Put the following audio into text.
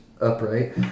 upright